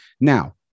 Now